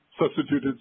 substituted